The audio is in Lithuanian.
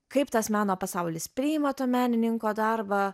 kaip tas meno pasaulis priima to menininko darbą